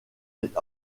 est